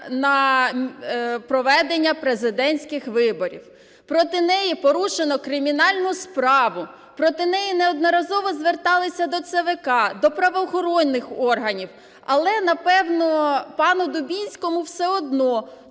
на проведення президентських виборів. Проти неї порушено кримінальну справу. Проти неї неодноразово зверталися до ЦВК, до правоохоронних органів, але, напевно, пану Дубінському все одно,